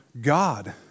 God